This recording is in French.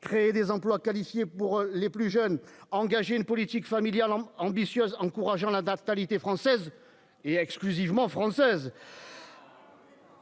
créons des emplois qualifiés pour les plus jeunes et engageons une politique familiale ambitieuse encourageant la natalité française, et exclusivement française.